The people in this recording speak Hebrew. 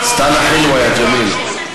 סנה חִלווה יא ג'מיל.